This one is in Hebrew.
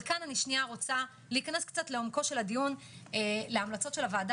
כאן אני רוצה להיכנס לעומקו של הדיון להמלצות של הוועדה